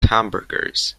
hamburgers